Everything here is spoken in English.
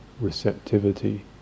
receptivity